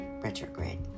retrograde